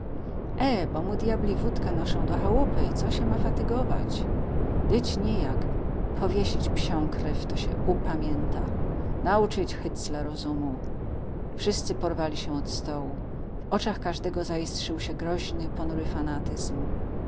e bo mu dyabli wódkę noszą do chałupy co się ma fatygować dyć niejak powiesić psiąkrew to sie upamięta nauczyć hycla rozumu wszyscy porwali się od stołu w oczach każdego zaiskrzył się groźny ponury fanatyzm